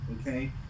okay